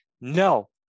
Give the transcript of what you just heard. no